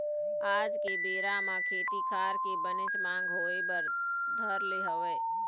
आज के बेरा म खेती खार के बनेच मांग होय बर धर ले हवय